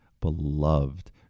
beloved